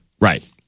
Right